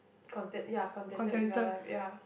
content ya contented with you life ya